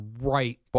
right